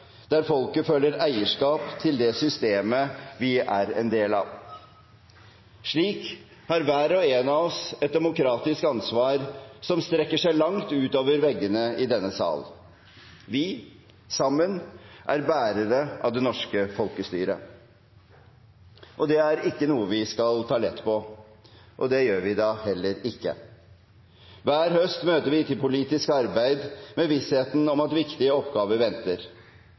der folket føler eierskap til det systemet vi er en del av. Slik har hver og en av oss et demokratisk ansvar som strekker seg langt utover veggene i denne salen. Vi sammen er bærere av det norske folkestyret. Det er ikke noe vi skal ta lett på. Det gjør vi da heller ikke. Hver høst møter vi til politisk arbeid med vissheten om at viktige oppgaver venter.